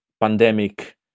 pandemic